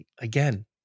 Again